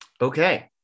Okay